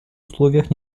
условиях